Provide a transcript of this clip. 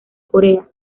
corea